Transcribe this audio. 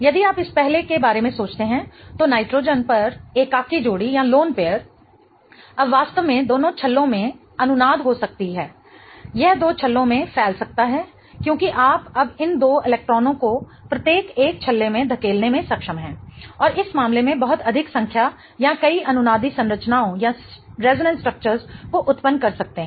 यदि आप इस पहले के बारे में सोचते हैं तो नाइट्रोजन पर एकाकी जोड़ी अब वास्तव में दोनों छल्लो में अनुनाद हो सकती है यह दो छल्लो में फैल सकता है क्योंकि आप अब इन दो इलेक्ट्रॉनों को प्रत्येक एक छल्ले में धकेलने में सक्षम हैं और इस मामले में बहुत अधिक संख्या या कई अनुनादी संरचनाओं को उत्पन्न कर सकते हैं